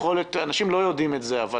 אנשים לא יודעים את זה אבל